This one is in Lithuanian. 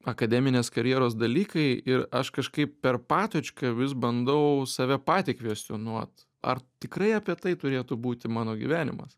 akademinės karjeros dalykai ir aš kažkaip per patočką vis bandau save patį kvestionuot ar tikrai apie tai turėtų būti mano gyvenimas